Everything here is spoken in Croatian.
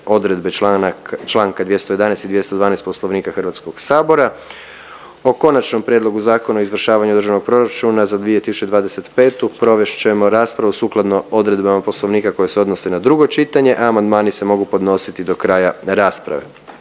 odredbe čl. 211 i 212 Poslovnika Hrvatskoga sabora. O Konačnom prijedlogu Zakona o izvršavanju Državnog proračuna za 2025. provest ćemo raspravu sukladno odredbama Poslovnika koje se odnose na drugo čitanje, a amandmani se mogu podnositi do kraja rasprave.